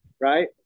Right